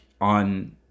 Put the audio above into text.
on